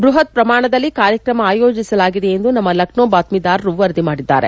ಬೃಹತ್ ಪ್ರಮಾಣದಲ್ಲಿ ಕಾರ್ಕ್ರಮ ಆಯೋಜಿಸಲಾಗಿದೆ ಎಂದು ನಮ್ಮ ಲಕ್ನೋ ಬಾತ್ಮೀದಾರರು ವರದಿ ಮಾಡಿದ್ದಾರೆ